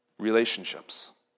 relationships